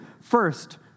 First